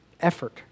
effort